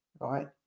right